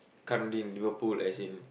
currently in Liverpool as in